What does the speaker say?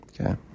Okay